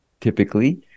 typically